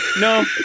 no